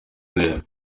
neza